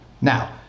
Now